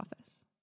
office